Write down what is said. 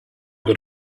got